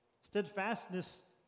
Steadfastness